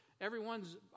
everyone's